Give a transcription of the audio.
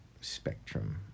spectrum